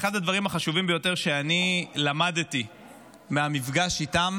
ואחד הדברים החשובים ביותר שאני למדתי מהמפגש איתם